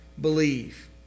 believe